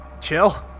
Chill